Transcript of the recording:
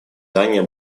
дания